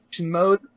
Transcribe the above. mode